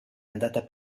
andata